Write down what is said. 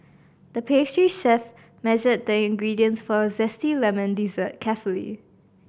the pastry chef measured the ingredients for a zesty lemon dessert carefully